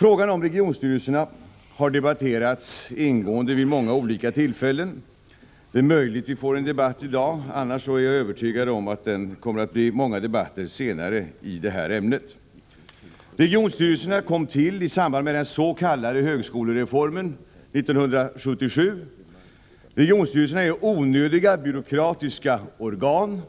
Frågan om regionstyrelserna har debatterats ingående vid många olika tillfällen. Det är möjligt att vi får en debatt i dag, annars är jag övertygad om att det blir många debatter senare i detta ämne. Regionstyrelserna kom till i samband med den s.k. högskolereformen 1977. Regionstyrelserna är onödiga byråkratiska organ.